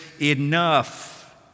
enough